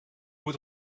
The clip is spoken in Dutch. moet